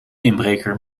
inbreker